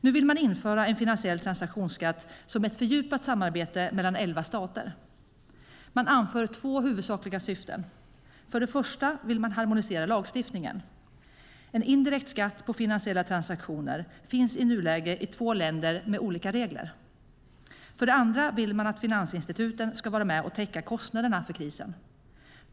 Nu vill man införa en finansiell transaktionsskatt som ett fördjupat samarbete mellan elva stater. Man anför två huvudsakliga syften. För det första vill man harmonisera lagstiftningen - en indirekt skatt på finansiella transaktioner finns i nuläget i två länder med olika regler. För det andra vill man att finansinstituten ska vara med och täcka kostnaderna för krisen.